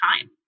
time